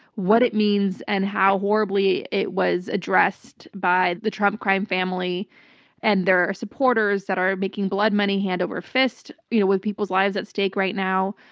what it means and how horribly it was addressed by the trump crime family and their supporters that are making blood money hand over fist you know with people's lives at stake right now,